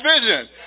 vision